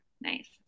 nice